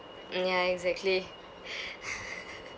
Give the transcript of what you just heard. ya exactly